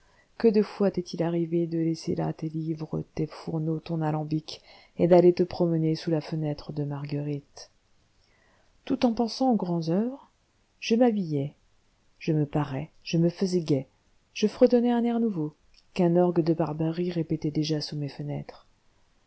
que de fois t'est-il arrivé de laisser là tes livres tes fourneaux ton alambic et d'aller te promener sous la fenêtre de marguerite tout en pensant au grand oeuvre je m'habillais je me parais je me faisais gai je fredonnais un air nouveau qu'un orgue de barbarie répétait déjà sous mes fenêtres